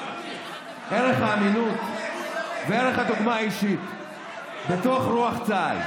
ערך האמינות וערך הדוגמה האישית בתוך רוח צה"ל.